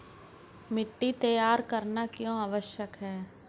मिट्टी तैयार करना क्यों आवश्यक है?